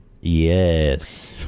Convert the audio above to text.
Yes